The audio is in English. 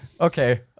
okay